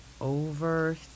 over